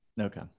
Okay